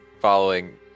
following